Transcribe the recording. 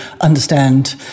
understand